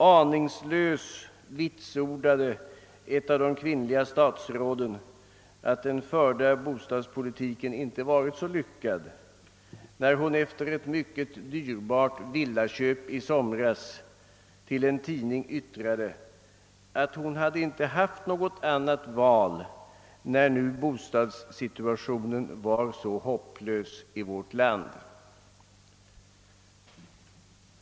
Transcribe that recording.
Aningslöst vitsordade ett av de kvinnliga statsråden att den förda bostadspolitiken inte varit så lyckad, när hon efter ett mycket dyrbart villaköp i somras yttrade till en tidning, att hon inte hade haft något annat val, när nu bostatssituationen var så hopplös i vårt land.